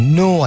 no